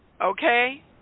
Okay